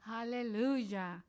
Hallelujah